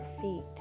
feet